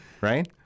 Right